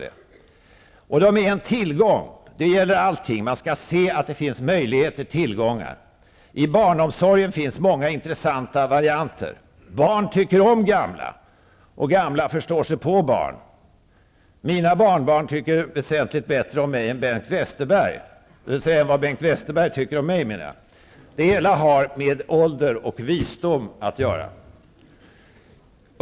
Pensionärer är en tillgång. Det gäller allting. Man skall se till att det finns möjligheter och tillgångar. I barnomsorgen finns många intressanta varianter. Barn tycker om gamla, och gamla förstår sig på barn. Mina barnbarn tycker väsentligt bättre om mig än vad Bengt Westerberg tycker om mig. Det hela har med ålder och visdom att göra.